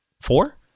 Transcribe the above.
four